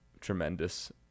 tremendous